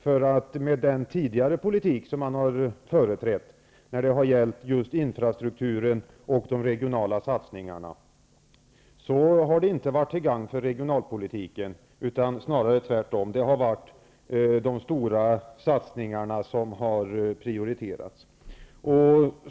Den linje man tidigare har företrätt, när det har gällt infrastrukturen och de regionala satsningarna, har inte varit till gagn för regionalpolitiken, utan snarare tvärtom. Det har varit de stora satsningarna som prioriterats.